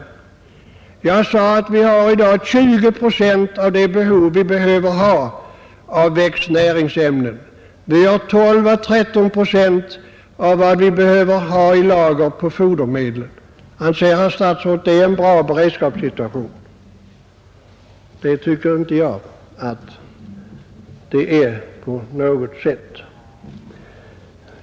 Som jag sade har vi i dag 20 procent av behovet av växtnäringsämnen i lager och 12 å 13 procent av vad vi behöver av fodermedel. Anser statsrådet att det är en bra beredskapssituation? Det tycker inte jag att det är.